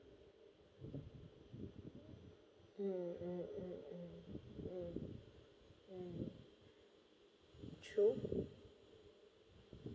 mm true